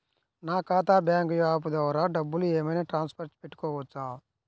నా ఖాతా bank app ద్వారా డబ్బులు ఏమైనా ట్రాన్స్ఫర్ పెట్టుకోవచ్చా?